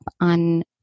on